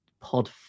pod